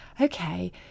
okay